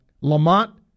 Lamont